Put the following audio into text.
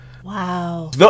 Wow